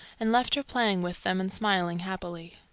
and left her playing with them and smiling happily.